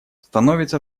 становится